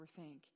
overthink